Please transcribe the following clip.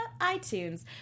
itunes